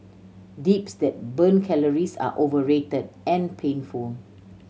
dips that burn calories are overrated and painful